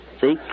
See